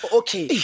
okay